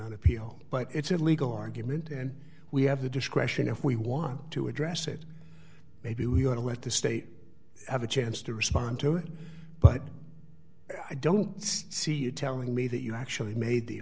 on appeal but it's a legal argument and we have the discretion if we want to address it maybe we ought to let the state have a chance to respond to it but i don't see you telling me that you actually made the